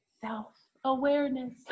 Self-awareness